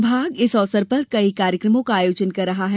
विभाग इस अवसर पर कई कार्यक्रमों का आयोजन कर रहा है